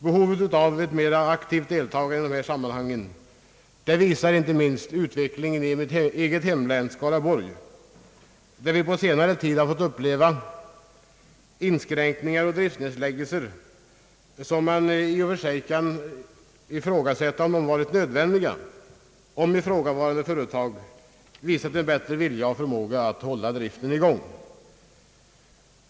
Behovet av ett mera aktivt deltagande i dessa sammanhang visar inte minst utvecklingen i det län som jag representerar, nämligen Skaraborgs. Där har vi fått uppleva inskränkningar och driftnedläggelser under senare tid som man kan ifrågasätta om de varit nödvändiga om ifrågavarande företag visat en bättre vilja och förmåga att hålla driften i gång.